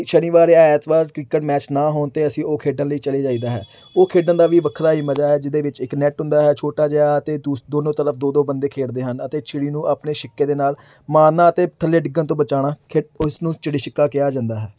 ਸ਼ਨੀਵਾਰ ਜਾਂ ਐਤਵਾਰ ਕ੍ਰਿਕਟ ਮੈਚ ਨਾ ਹੋਣ 'ਤੇ ਅਸੀਂ ਉਹ ਖੇਡਣ ਲਈ ਚਲੇ ਜਾਈਦਾ ਹੈ ਉਹ ਖੇਡਣ ਦਾ ਵੀ ਵੱਖਰਾ ਹੀ ਮਜ਼ਾ ਹੈ ਜਿਹਦੇ ਵਿੱਚ ਇੱਕ ਨੈੱਟ ਹੁੰਦਾ ਹੈ ਛੋਟਾ ਜਿਹਾ ਅਤੇ ਦੂਸ ਦੋਨੋਂ ਤਰਫ ਦੋ ਦੋ ਬੰਦੇ ਖੇਡਦੇ ਹਨ ਅਤੇ ਚਿੜੀ ਨੂੰ ਆਪਣੇ ਛਿੱਕੇ ਦੇ ਨਾਲ ਮਾਰਨਾ ਅਤੇ ਥੱਲੇ ਡਿੱਗਣ ਤੋਂ ਬਚਾਉਣਾ ਖੇ ਇਸ ਨੂੰ ਚਿੜੀ ਛਿੱਕਾ ਕਿਹਾ ਜਾਂਦਾ ਹੈ